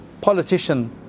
politician